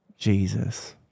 Jesus